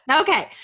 okay